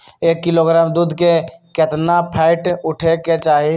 एक किलोग्राम दूध में केतना फैट उठे के चाही?